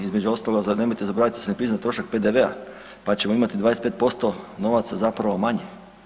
Između ostaloga nemojte zaboraviti da se ne prizna trošak PDV-a pa ćemo imati 25% novaca zapravo manje.